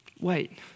Wait